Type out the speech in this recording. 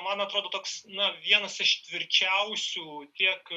man atrodo toks na vienas iš tvirčiausių tiek